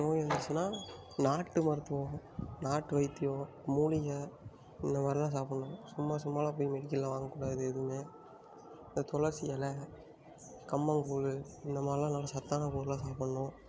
நோய் இருந்துச்சின்னால் நாட்டு மருத்துவம் நாட்டு வைத்தியம் மூலிகை இந்தமாதிரிலாம் தான் சாப்பிட்ணும் சும்மா சும்மாலாம் போய் மெடிக்கலில் வாங்கக் கூடாது எதுவுமே இப்போ துளசி இல கம்மங்கூழு இந்தமாதிரியெல்லாம் நல்லா சத்தான பொருளாக சாப்பிட்ணும்